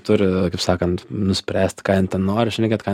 turi kaip sakant nuspręst ką jin ten nori šnekėt ką